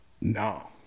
no